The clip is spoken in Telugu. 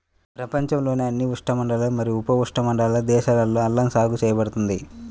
ప్రపంచంలోని అన్ని ఉష్ణమండల మరియు ఉపఉష్ణమండల దేశాలలో అల్లం సాగు చేయబడుతుంది